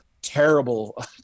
terrible